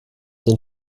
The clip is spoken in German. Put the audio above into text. den